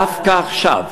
דווקא עכשיו